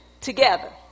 together